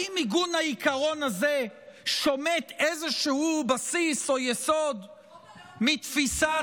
האם עיגון העיקרון הזה שומט איזשהו בסיס או יסוד מתפיסת